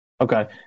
Okay